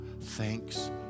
thanks